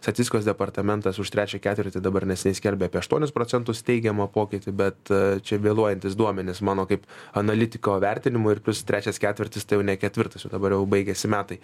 statistikos departamentas už trečią ketvirtį dabar nes neįskelbia apie aštuonis procentus teigiamą pokytį bet čia vėluojantys duomenys mano kaip analitiko vertinimu ir plius trečias ketvirtis tai jau ne ketvirtas jau dabar jau baigiasi metai